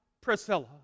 Priscilla